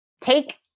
take